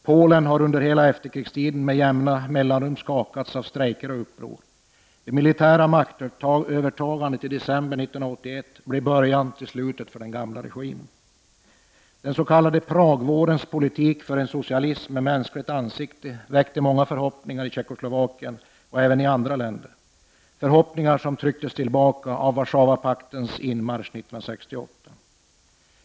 Polen har under hela efterkrigstiden med jämna mellanrum skakats av strejker och uppror. Det militära maktövertagandet i december 1981 blev början till slutet för den gamla regimen. Den s.k. Pragvårens politik för en socialism med mänskligt ansikte väckte många förhoppningar i Tjeckoslovakien och även i andra länder, förhoppningar som trycktes tillbaka av Warszawapaktens inmarsch 1968.